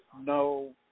no